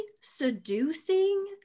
seducing